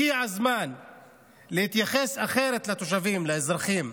הגיע הזמן להתייחס אחרת לתושבים, לאזרחים.